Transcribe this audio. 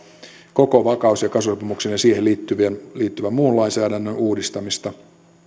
koko vakaus ja kasvusopimuksen ja siihen liittyvän muun lainsäädännön uudistamista